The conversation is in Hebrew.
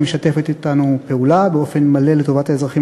שמשתפת אתנו פעולה באופן מלא לטובת האזרחים